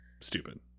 stupid